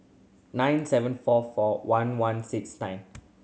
nine seven four four one one six nine